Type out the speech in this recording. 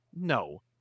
no